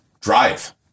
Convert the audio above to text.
drive